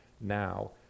now